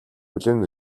хүлээн